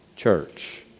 Church